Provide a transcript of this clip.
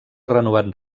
renovat